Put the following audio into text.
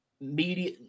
media